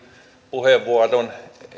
puheenvuoron